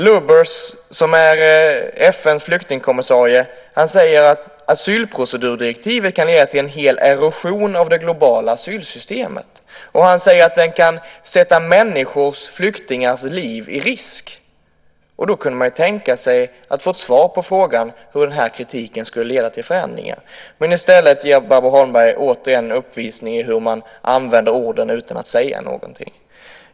Lubbers, som är FN:s flyktingkommissarie, säger att asylprocedurdirektivet kan leda till en hel erosion av det globala asylsystemet. Han säger att det kan sätta flyktingars liv i risk. Man kan då tänka sig att man skulle kunna få ett svar på frågan hur den här kritiken skulle leda till förändringar. I stället ger Barbro Holmberg återigen en uppvisning i hur man använder orden utan att säga någonting.